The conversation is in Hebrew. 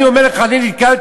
אני אומר לך שאני נתקלתי